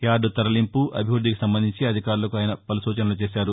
yard తరలింపు అభివృద్ధికి సంబంధించి అధికారులకు ఆయన పలు సూచనలు చేశారు